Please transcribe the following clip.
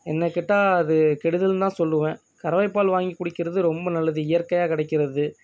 என்ன கேட்டால் அது கெடுதலுன்னு தான் சொல்லுவேன் கறவைப் பால் வாங்கி குடிக்கிறது ரொம்ப நல்லது இயற்கையாக கிடைக்கிறது